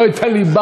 לא את הליבה.